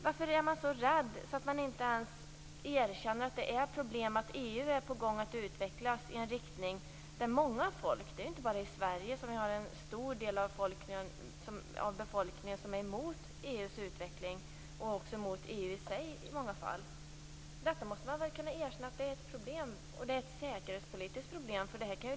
Varför är man så rädd så att man inte ens erkänner att det finns problem med att en stor del av befolkningen i EU är emot den utveckling som sker eller mot EU i sig? Det gäller inte bara Sverige. Man måste väl kunna erkänna att det är ett säkerhetspolitiskt problem?